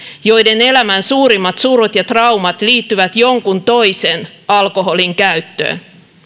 joiden elämän suurimmat surut ja traumat liittyvät jonkun toisen alkoholinkäyttöön